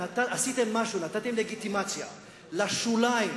נתתם לגיטימציה לשוליים,